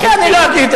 כן, אני לא אגיד.